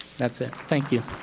that's it. thank you.